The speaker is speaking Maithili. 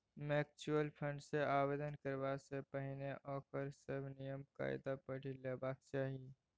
म्यूचुअल फंड मे आवेदन करबा सँ पहिने ओकर सभ नियम कायदा पढ़ि लेबाक चाही